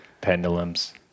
Pendulums